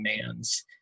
demands